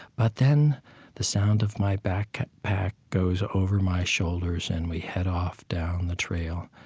but then the sound of my backpack goes over my shoulders, and we head off down the trail.